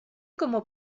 como